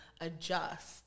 adjust